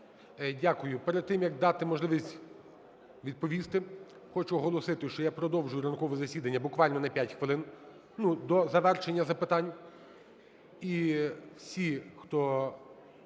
Дякую. Перед тим, як дати можливість відповісти, хочу оголосити, що я продовжую ранкове засідання буквально на 5 хвилин, ну, до завершення запитань,